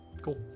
cool